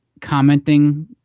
commenting